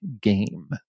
game